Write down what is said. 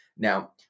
Now